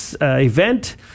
event